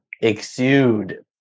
exude